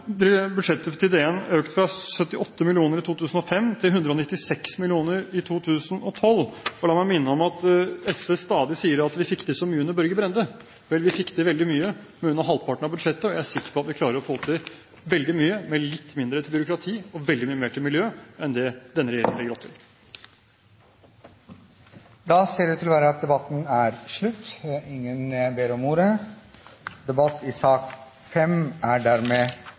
budsjettet til DN økt fra 78 mill. kr i 2005 til 196 mill. kr i 2012. La meg minne om at SV stadig sier at vi fikk til så mye under Børge Brende. Vel, vi fikk til veldig mye med under halvparten av budsjettet, og jeg er sikker på at vi klarer å få til veldig mye med litt mindre til byråkrati og veldig mye mer til miljø enn det denne regjeringen legger opp til. Flere har ikke bedt om ordet til sak nr. 1. Da går vi videre til behandling av sak